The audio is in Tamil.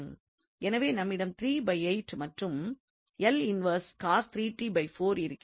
எனவே நம்மிடம் மற்றும் இன்வெர்ஸ் இருக்கின்றது